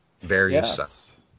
various